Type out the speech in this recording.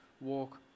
walk